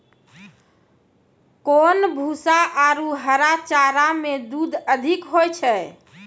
कोन भूसा आरु हरा चारा मे दूध अधिक होय छै?